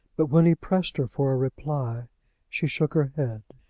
but when he pressed her for a reply she shook her head.